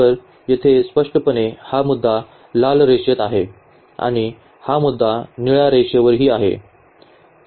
तर येथे स्पष्टपणे हा मुद्दा लाल रेषेत आहे आणि हा मुद्दा निळ्या रेषेवरही आहे